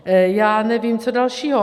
Já nevím co dalšího.